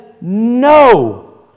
no